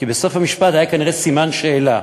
כי בסוף המשפט היה כנראה סימן שאלה,